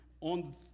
on